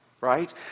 right